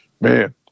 man